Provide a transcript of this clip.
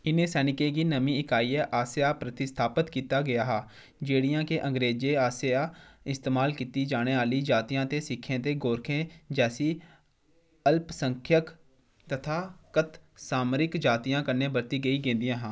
इ'नें सैनिकें गी नमीं इकाइयें आसेआ प्रतिस्थापत कीता गेआ हा जेह्ड़ियां के अंग्रेजें आसेआ इस्तेमाल कीती जाने आह्ली जातियें ते सिक्खें ते गोरखें जैसी अल्पसंख्यक तथाकथत सामरिक जातियें कन्नै भर्ती कीती गेदियां हियां